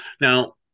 Now